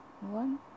One